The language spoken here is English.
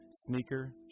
Sneaker